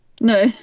No